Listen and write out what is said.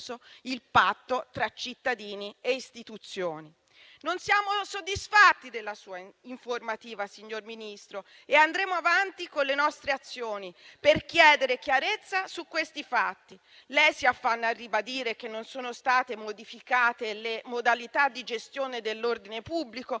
il patto tra cittadini e istituzioni. Non siamo soddisfatti della sua informativa, signor Ministro, e andremo avanti con le nostre azioni per chiedere chiarezza su questi fatti. Lei si affanna a ribadire che non sono state modificate le modalità di gestione dell'ordine pubblico,